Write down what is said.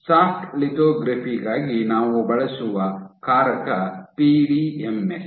soft lithography ಗಾಗಿ ನಾವು ಬಳಸುವ ಕಾರಕ ಪಿಡಿಎಂಎಸ್